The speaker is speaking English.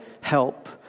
help